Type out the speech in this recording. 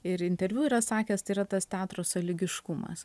ir interviu yra sakęs tai yra tas teatro sąlygiškumas